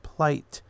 Plight